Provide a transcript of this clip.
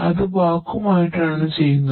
അത് വാക്വം ആയിട്ടാണ് ചെയ്യുന്നത്